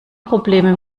probleme